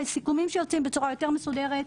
ה סיכומים שיוצאים בצורה יותר מסודרת,